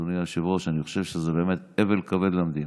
אדוני היושב-ראש: אני חושב שזה באמת אבל כבד למדינה.